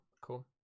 cool